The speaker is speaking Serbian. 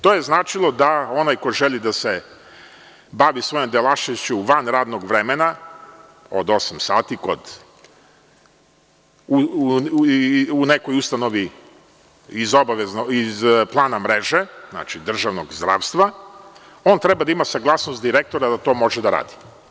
To je značilo da onaj ko želi da se bavi svojom delatnošću van radnog vremena od osam sati u nekoj ustanovi iz plana mreže, znači državnog zdravstva, on treba da ima saglasnost direktora da to može da radi.